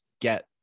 get